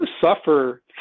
suffer